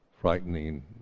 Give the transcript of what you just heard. frightening